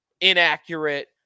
inaccurate